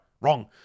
Wrong